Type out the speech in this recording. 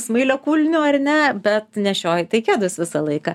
smailiakulnių ar ne bet nešioji tai kedus visą laiką